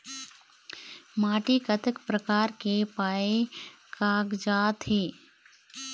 माटी कतक प्रकार के पाये कागजात हे?